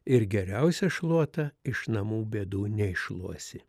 ir geriausia šluota iš namų bėdų neiššluosi